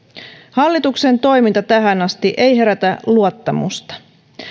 hallituksen toiminta tähän asti ei herätä luottamusta